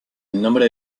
nombre